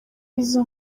izo